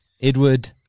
Edward